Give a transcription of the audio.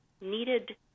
needed